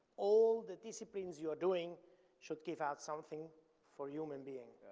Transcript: all the disciplines you are doing should give out something for human being.